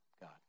God